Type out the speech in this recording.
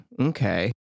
Okay